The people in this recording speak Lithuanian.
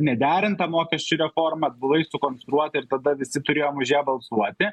nederintą mokesčių reformą atbulai sukonstruotą ir tada visi turėjom už ją balsuoti